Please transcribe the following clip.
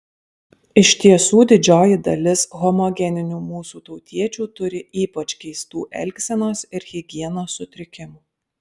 iš tiesų didžioji dalis homogeninių mūsų tautiečių turi ypač keistų elgsenos ir higienos sutrikimų